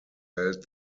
held